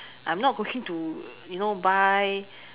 I'm not going to you know buy